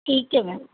ਠੀਕ ਹੈ ਮੈਮ